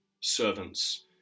servants